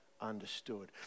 understood